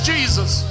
Jesus